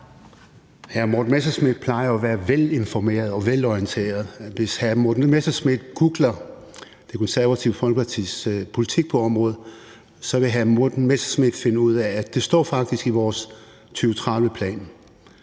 Hr. Morten Messerschmidt plejer at være velinformeret og velorienteret, og hvis hr. Morten Messerschmidt googler Det Konservative Folkepartis politik på området, vil hr. Morten Messerschmidt finde ud af, at det faktisk står i vores 2030-plan.